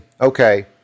okay